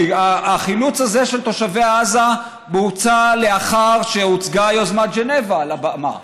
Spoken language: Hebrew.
החילוץ הזה של תושבי עזה בוצע לאחר שהוצגה יוזמת ז'נבה על הבמה,